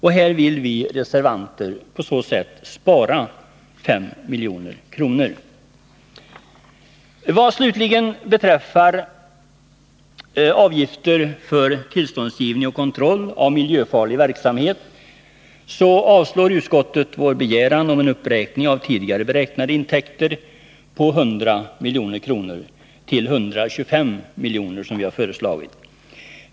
Här vill vi reservanter på så sätt spara 5 milj.kr. Vad slutligen beträffar avgifter för tillståndsgivning och kontroll av miljöfarlig verksamhet avstyrker utskottet vår begäran om en uppräkning av tidigare beräknade intäkter på 100 milj.kr. till 125 milj.kr.